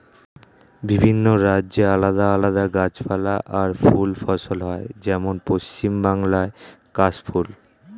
বিভিন্ন রাজ্যে আলাদা আলাদা গাছপালা আর ফুল ফসল হয়, যেমন পশ্চিম বাংলায় কাশ ফুল